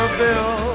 bill